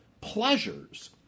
pleasures